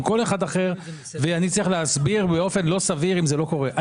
כל אחד אחר ואני צריך להסביר באופן לא סביר אם זה לא קורה.